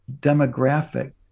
demographic